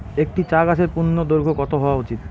একটি চা গাছের পূর্ণদৈর্ঘ্য কত হওয়া উচিৎ?